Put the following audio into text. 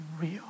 real